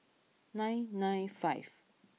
nine nine five